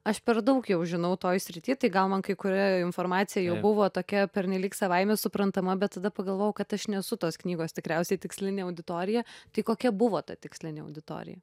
aš per daug jau žinau toj srity tai gal man kai kuri informacija jau buvo tokia pernelyg savaime suprantama bet tada pagalvojau kad aš nesu tos knygos tikriausiai tikslinė auditorija tai kokia buvo ta tikslinė auditorija